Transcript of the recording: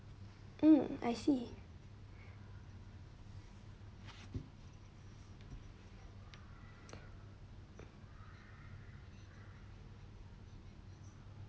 mm I see